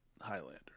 Highlander